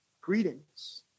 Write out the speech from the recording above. Greetings